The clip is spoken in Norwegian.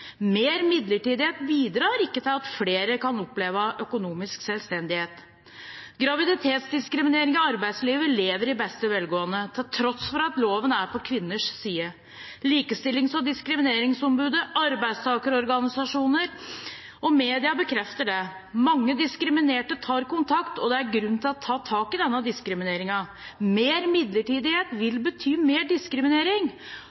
Mer midlertidighet bidrar ikke til at flere kan oppleve økonomisk selvstendighet. Graviditetsdiskriminering i arbeidslivet lever i beste velgående til tross for at loven er på kvinners side. Likestillings- og diskrimineringsombudet, arbeidstakerorganisasjoner og media bekrefter det. Mange diskriminerte tar kontakt, og det er grunn til å ta tak i denne diskrimineringen. Mer midlertidighet vil bety mer diskriminering.